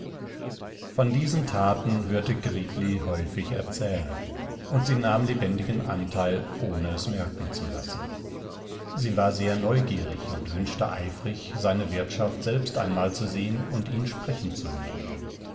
von diesen taten hörte frau gritli häufig erzählen und sie nahm lebendigen anteil ohne es merken zu lassen sie war sehr neugierig und wünschte eifrig seine wirtschaft selbst einmal zu sehen und ihn sprechen zu hören